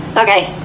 okay!